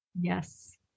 Yes